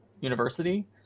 university